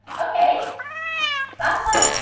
okay last one